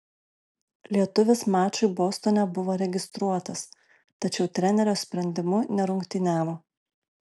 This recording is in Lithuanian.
lietuvis mačui bostone buvo registruotas tačiau trenerio sprendimu nerungtyniavo